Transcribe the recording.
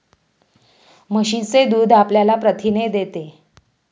म्हशीचे दूध आपल्याला प्रथिने देते